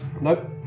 Nope